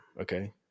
Okay